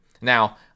Now